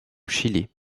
chili